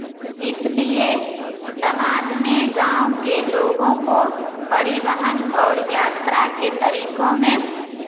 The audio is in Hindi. इसलिए समाज में गाँव के लोगों को परिवहन और यात्रा के तरीकों में